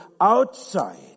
outside